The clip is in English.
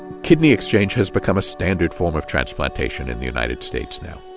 kidney exchange has become a standard form of transplantation in the united states now